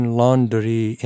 laundry